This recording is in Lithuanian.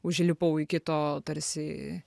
užlipau į kito tarsi